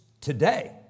today